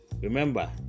remember